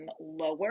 lower